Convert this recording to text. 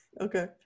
Okay